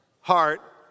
heart